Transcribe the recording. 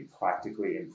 practically